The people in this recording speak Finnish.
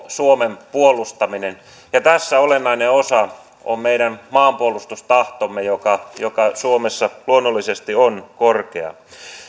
suomen puolustaminen tässä olennainen osa on meidän maanpuolustustahtomme joka joka suomessa luonnollisesti on korkea